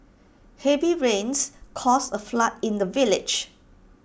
heavy rains caused A flood in the village